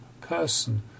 person